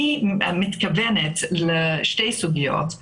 אני מתכוונת לשתי סוגיות.